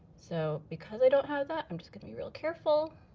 so because i don't have that, i'm just gonna be real careful.